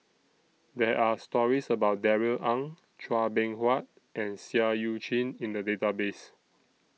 There Are stories about Darrell Ang Chua Beng Huat and Seah EU Chin in The Database